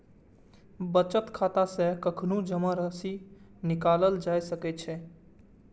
बचत खाता सं कखनहुं जमा राशि निकालल जा सकै छै